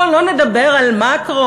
בוא לא נדבר על מקרו,